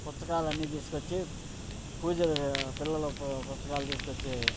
పుస్తకాలు అన్నీ తీసుకు వచ్చి పూజలు పిల్లలు పుస్తకాలు తీసుకొచ్చి